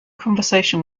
conversation